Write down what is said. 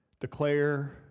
declare